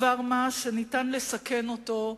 דבר שאפשר לסכן אותו,